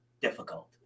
difficult